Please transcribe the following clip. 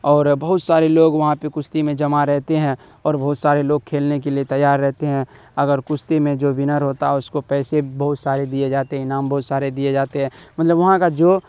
اور بہت سارے لوگ وہاں پہ کشتی میں جمع رہتے ہیں اور بہت سارے لوگ کھیلنے کے لیے تیار رہتے ہیں اگر کشتی میں جو ونر ہوتا ہے اس کو پیسے بہت سارے دیے جاتے ہیں انعام بہت سارے دیے جاتے ہیں مطلب وہاں کا جو